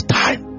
time